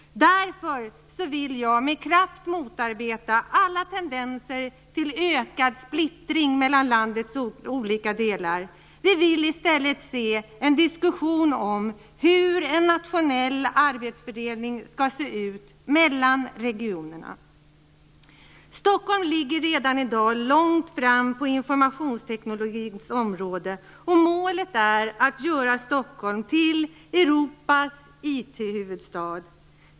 Därför vill jag med kraft motarbeta alla tendenser till ökad splittring mellan landets olika delar. Vi vill i stället se en diskussion om hur en nationell arbetsfördelning skall se ut mellan regionerna. Stockholm ligger redan i dag långt fram på informationsteknikens område, och målet är att göra Stockholm till Europas IT-huvudstad.